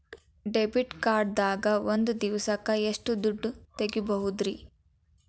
Debit card ದಾಗ ಒಂದ್ ದಿವಸಕ್ಕ ಎಷ್ಟು ದುಡ್ಡ ತೆಗಿಬಹುದ್ರಿ?